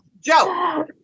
Joe